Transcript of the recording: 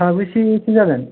साबेसेसो जागोन